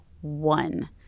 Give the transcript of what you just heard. one